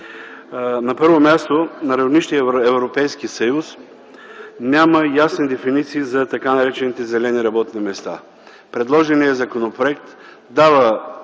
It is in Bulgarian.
На първо място – на равнище Европейски съюз няма ясни дефиниции за така наречените зелени работни места. Предложеният законопроект дава